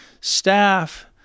staff